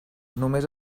només